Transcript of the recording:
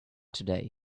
today